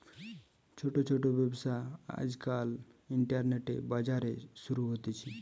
ছোট ছোট ব্যবসা আজকাল ইন্টারনেটে, বাজারে শুরু হতিছে